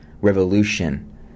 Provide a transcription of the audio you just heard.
revolution